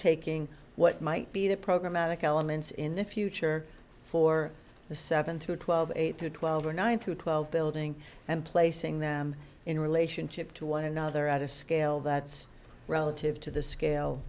taking what might be the program matic elements in the future for the seven through twelve eight through twelve or nine through twelve building and placing them in relationship to one another at a scale that's relative to the scale